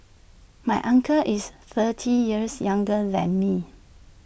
my uncle is thirty years younger than me